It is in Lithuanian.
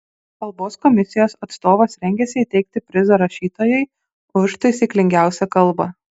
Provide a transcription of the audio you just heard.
kalbos komisijos atstovas rengiasi įteikti prizą rašytojui už taisyklingiausią kalbą